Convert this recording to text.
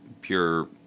pure